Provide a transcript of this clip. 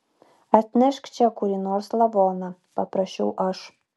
atnešk čia kurį nors lavoną paprašiau aš